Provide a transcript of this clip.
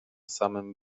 samym